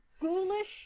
ghoulish